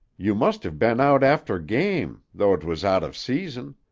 you must have been out after game, though t was out of season.